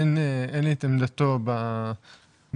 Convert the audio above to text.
אין לי את עמדתו בנושא.